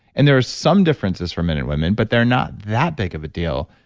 and there are some differences for men and women but they're not that big of a deal.